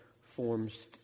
forms